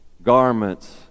Garments